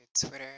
Twitter